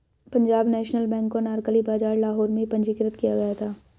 Punjab national bank को अनारकली बाजार लाहौर में पंजीकृत किया गया था